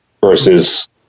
versus